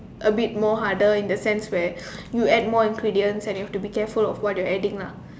a bit more harder in the sense where you add more ingredient and you have to be careful of what you are adding lah